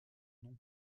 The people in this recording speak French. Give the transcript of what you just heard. non